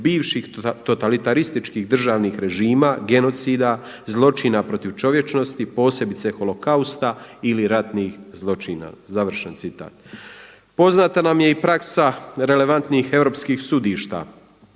bivših totalitarističkih državnih režima, genocida, zločina protiv čovječnosti, posebice holokausta ili ratnih zločina.“. Završen citat. Poznata nam je i praksa relevantnih europskih sudišta,